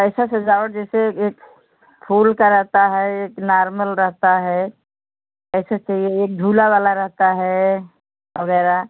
ऐसे सजावट जैसे एक फूल का रहता है एक नॉर्मल रहता है कैसा चाहिए एक झूला वाला रहता है वगैरह